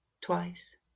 twice